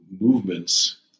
movements